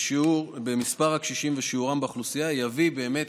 במספר הקשישים ובשיעורם באוכלוסייה יביא באמת,